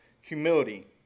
humility